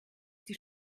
die